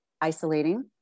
isolating